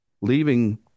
leaving